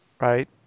Right